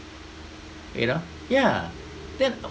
you know yeah then